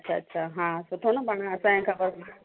अच्छा अच्छा हा सुठो न पाण असांखे ख़बर पई